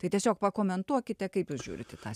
tai tiesiog pakomentuokite kaip jūs žiūrit į tą